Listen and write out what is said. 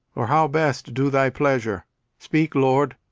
or how best do thy pleasure speak, lord.